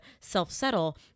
self-settle